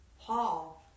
Paul